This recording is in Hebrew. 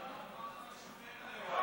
הפכת לשופט, אני רואה.